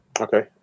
Okay